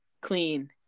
clean